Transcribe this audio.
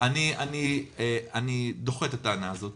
אני דוחה את הטענה הזאת.